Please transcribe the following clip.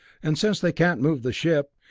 and since they can't move the ship,